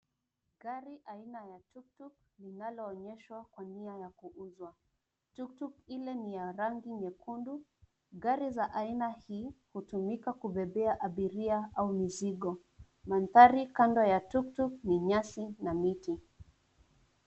Gari aina ya tuktuk linaloonyeshwa kwa nia ya kuuzwa. Tuktuk ile ni rangi nyekundu. Gari za aina hii hutumika kubebea abiria au mizigo. Mandhari kando ya tuktuk ni nyasi na miti.